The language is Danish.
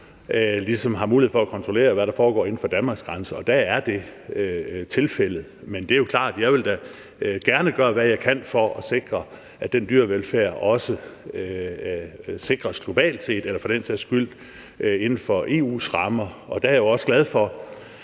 kun mulighed for at kunne kontrollere, hvad der foregår inden for Danmarks grænser, og der er det tilfældet. Men det er jo klart, at jeg da gerne vil gøre, hvad jeg kan, for at sikre, at den dyrevelfærd også sikres globalt set eller for den sags skyld inden for EU's rammer. Der er jeg også glad for,